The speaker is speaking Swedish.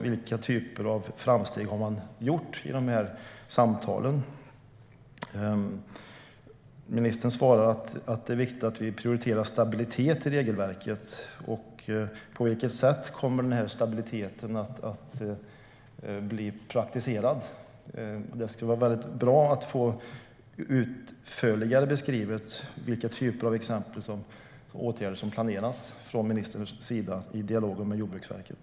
Vilka typer av framsteg har man gjort i de samtalen? Ministern svarar att det är viktigt att vi prioriterar stabilitet i regelverket. På vilket sätt kommer den stabiliteten att bli praktiserad? Det skulle vara väldigt bra att få utförligare beskrivet vilka typer av åtgärder som planeras från ministerns sida i dialogen med Jordbruksverket.